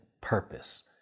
purpose